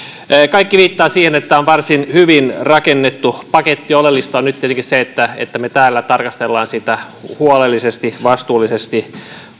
kaikki viittaa siihen että tämä on varsin hyvin rakennettu paketti oleellista on nyt tietenkin se että että me täällä tarkastelemme sitä huolellisesti vastuullisesti